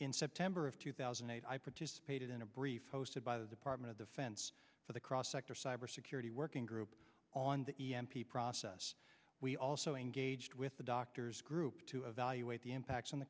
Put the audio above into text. in september of two thousand and eight i participated in a brief hosted by the department of defense for the cross sector cyber security working group on the e m p process we also engaged with the doctor's group to evaluate the impacts on the